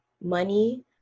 money